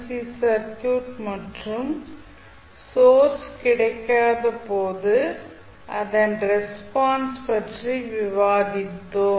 C circuit மற்றும் source கிடைக்காத போது அதன் ரெஸ்பான்ஸ் பற்றி விவாதித்தோம்